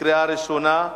קריאה ראשונה.